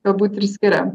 galbūt ir skiria